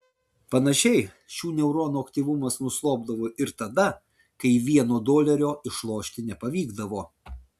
panašiai šių neuronų aktyvumas nuslopdavo ir tada kai vieno dolerio išlošti nepavykdavo